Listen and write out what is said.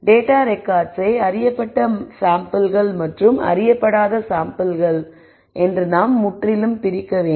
data ரெக்கார்ட்ஸை அறியப்பட்ட மாதிரிகள் மற்றும் அறியப்படாத மாதிரிகள் என்று நாம் முற்றிலும் பிரிக்க வேண்டும்